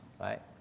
right